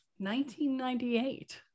1998